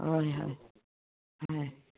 হয় হয় হয়